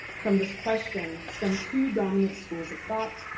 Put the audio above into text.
from this question stemmed two dominant schools of thought,